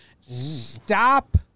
Stop